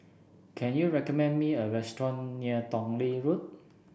can you recommend me a restaurant near Tong Lee Road